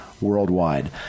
worldwide